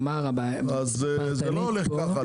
זה לא הולך ככה.